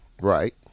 Right